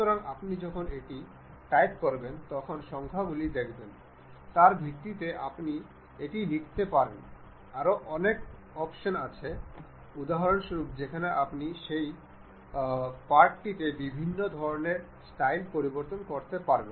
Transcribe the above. সুতরাং আমরা যখন এটি এগিয়ে নিয়ে যাই তখন আমরা এই বাদামটি বিকশিত করার সাথে সাথে আমরা দেখতে পাই যে এটি এগিয়ে চলেছে বা এটি বাইরের দিকে খুলছে